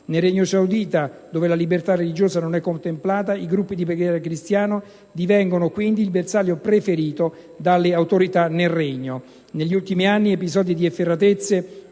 Nel Regno saudita, dove la libertà religiosa non è contemplata, i gruppi di preghiera cristiani divengono, quindi, il bersaglio preferito dalle autorità del Regno. Negli ultimi anni episodi di efferatezze,